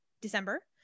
December